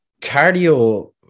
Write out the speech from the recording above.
cardio